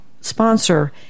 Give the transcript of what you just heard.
sponsor